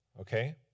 okay